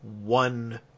one